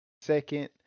second